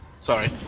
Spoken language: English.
Sorry